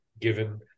given